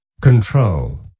control